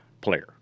player